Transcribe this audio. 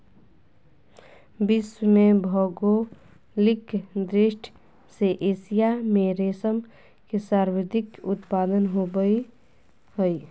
विश्व में भौगोलिक दृष्टि से एशिया में रेशम के सर्वाधिक उत्पादन होबय हइ